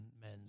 men